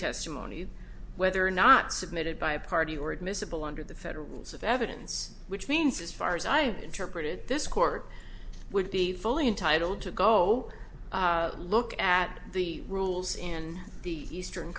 testimony whether or not submitted by a party or admissible under the federal rules of evidence which means as far as i interpreted this court would be fully entitled to go look at the rules in the eastern